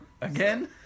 Again